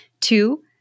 Two